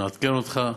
נעדכן אותך.